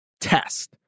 test